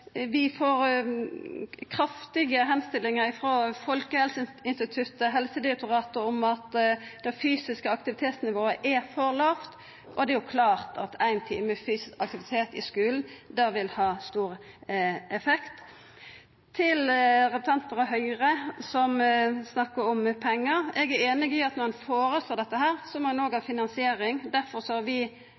Vi får kraftige oppmodingar frå Folkehelseinstituttet og Helsedirektoratet om at det fysiske aktivitetsnivået er for lågt, og det er klart at ein times fysisk aktivitet i skulen vil ha stor effekt. Til representanten frå Høgre som snakkar om pengar: Eg er einig i at når ein føreslår dette, må ein òg ha finansiering. Difor har vi